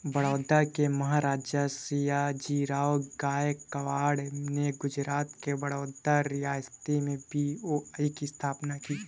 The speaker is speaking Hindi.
बड़ौदा के महाराजा, सयाजीराव गायकवाड़ ने गुजरात के बड़ौदा रियासत में बी.ओ.बी की स्थापना की